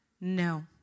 No